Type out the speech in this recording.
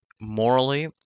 morally